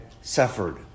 suffered